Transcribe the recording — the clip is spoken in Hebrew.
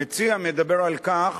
המציע מדבר על כך